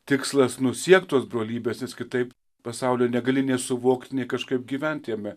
tikslas nu siekt tos brolybės jis kitaip pasaulio negali nei suvokt nei kažkaip gyvent jame